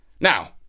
now